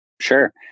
Sure